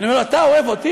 אני אומר לו: אתה אוהב אותי?